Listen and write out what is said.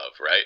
right